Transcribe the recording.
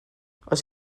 oes